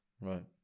Right